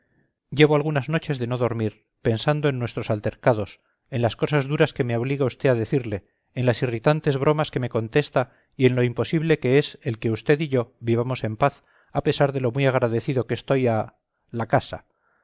llevo algunas noches de no dormir pensando en nuestros altercados en las cosas duras que me obliga usted a decirle en las irritantes bromas que me contesta y en lo imposible que es el que usted y yo vivamos en paz a pesar de lo muy agradecido que estoy a la casa